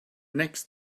next